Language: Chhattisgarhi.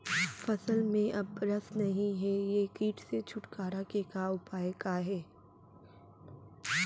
फसल में अब रस नही हे ये किट से छुटकारा के उपाय का हे?